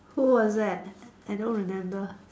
who was that I don't remember